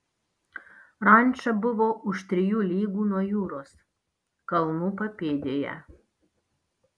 ranča buvo už trijų lygų nuo jūros kalnų papėdėje